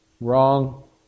Wrong